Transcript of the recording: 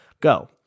go